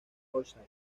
orsay